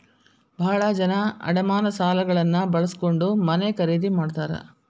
ಭಾಳ ಜನ ಅಡಮಾನ ಸಾಲಗಳನ್ನ ಬಳಸ್ಕೊಂಡ್ ಮನೆ ಖರೇದಿ ಮಾಡ್ತಾರಾ